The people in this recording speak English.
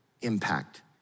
impact